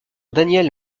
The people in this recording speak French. daniel